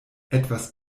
etwas